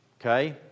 Okay